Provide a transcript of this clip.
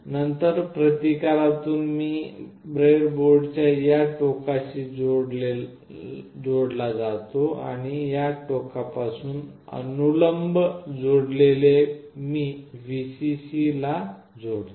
नंतर प्रतिकारातून मी ब्रेडबोर्डच्या या टोकाशी जोडला जातो आणि या टोकापासून अनुलंब जोडलेले मी Vcc ला जोडतो